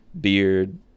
beard